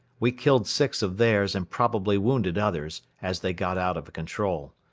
we killed six of theirs and probably wounded others, as they got out of control.